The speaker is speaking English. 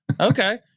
Okay